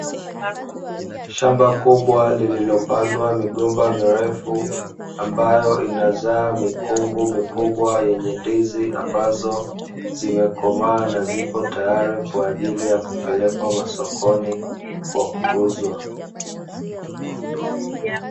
Shamba kubwa lililopandwa migomba mirefu ambayo inazaa mikungu mikubwa yenye ndizi ambazo zimekomaa na zipo tayari kwa ajili ya kupelekwa masokoni kwa kuuzwa.